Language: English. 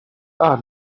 are